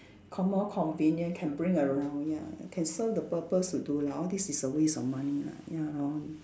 call more convenient can bring around ya can serve the purpose to do lah all this is a waste of money lah ya lor